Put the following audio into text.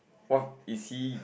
what is he